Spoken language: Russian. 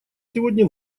сегодня